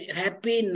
happy